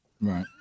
Right